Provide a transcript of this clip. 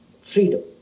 freedom